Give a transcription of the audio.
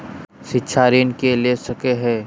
शिक्षा ऋण के ले सको है?